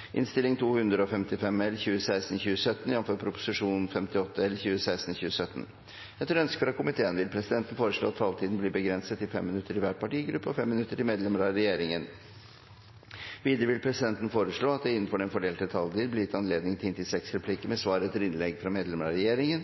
minutter til medlemmer av regjeringen. Videre vil presidenten foreslå at det – innenfor den fordelte taletid – blir gitt anledning til replikkordskifte på inntil seks replikker med svar etter innlegg fra medlemmer av regjeringen,